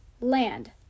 land